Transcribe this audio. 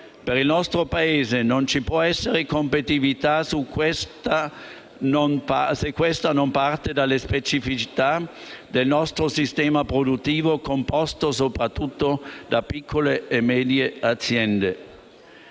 Per il nostro Paese non ci può essere competitività se questa non parte dalle specificità del nostro sistema produttivo, composto soprattutto da piccole e medie aziende.